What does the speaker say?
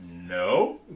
no